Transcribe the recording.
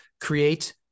create